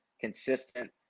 consistent